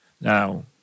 Now